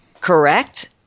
Correct